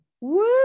woo